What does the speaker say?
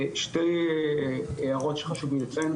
שתי הערות שחשוב לי לציין.